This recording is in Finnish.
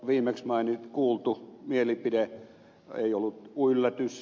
viimeksi kuultu mielipide ei ollut yllätys